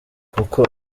kuko